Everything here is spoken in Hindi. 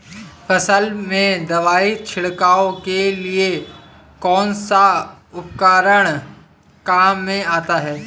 फसल में दवाई छिड़काव के लिए कौनसा उपकरण काम में आता है?